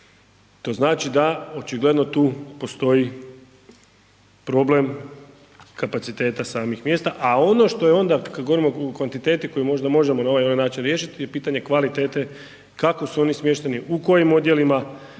To znači da očigledno tu postoji problem kapaciteta samih mjesta, a ono što je onda kad govorimo o kvantiteti koju možda možemo na ovaj ili onaj način riješiti je pitanje kvalitete kako su oni smješteni, u kojim odjelima